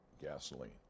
gasoline